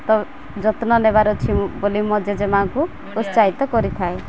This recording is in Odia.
ତ ଯତ୍ନ ନେବାର ଅଛି ମୁଁ ବୋଲି ମୋ ଜେଜେମା'ଙ୍କୁ ଉତ୍ସାହିତ କରିଥାଏ